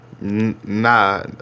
Nah